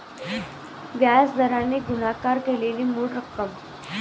व्याज दराने गुणाकार केलेली मूळ रक्कम